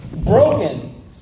broken